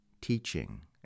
teaching